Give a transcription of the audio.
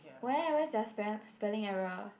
where where's their spell spelling error